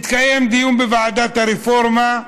התקיים דיון בוועדת הרפורמה,